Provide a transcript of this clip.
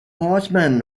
horsemen